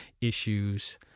issues